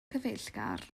cyfeillgar